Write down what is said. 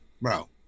Bro